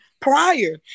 prior